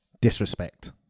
disrespect